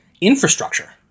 infrastructure